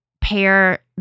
pair